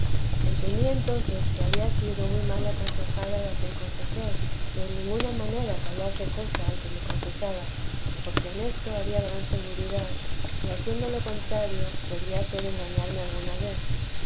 entendí entonces que había sido muy mal aconsejada de aquel confesor que en ninguna manera callase cosa al que me confesaba porque en esto habia gran seguridad y haciendo lo contrario podría ser engañarme alguna vez